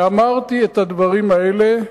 ואמרתי את הדברים האלה,